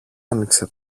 άνοιξε